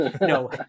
no